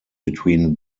between